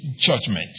judgment